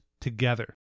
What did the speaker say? together